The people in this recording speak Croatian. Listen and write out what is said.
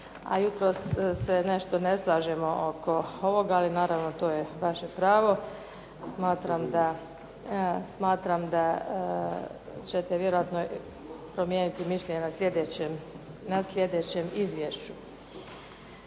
a jutros se nešto ne slažemo oko ovoga, ali naravno to je vaše pravo, smatram da ćete vjerojatno promijeniti mišljenje na sljedećem izvješću.